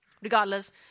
Regardless